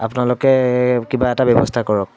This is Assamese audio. আপোনালোকে কিবা এটা ব্যৱস্থা কৰক